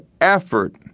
effort